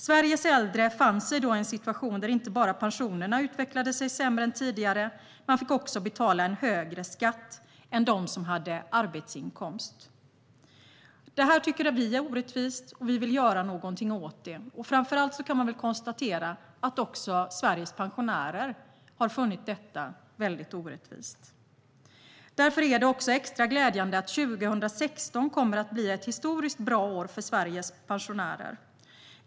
Sveriges äldre befann sig då i en situation där pensionerna utvecklades sämre än tidigare och där de dessutom fick betala högre skatt än de som hade arbetsinkomst. Det här tycker vi är orättvist, och vi vill göra någonting åt det. Framför allt kan man konstatera att Sveriges pensionärer har funnit detta väldigt orättvist. Därför är det extra glädjande att 2016 kommer att bli ett historiskt bra år för Sveriges pensionärer.